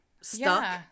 stuck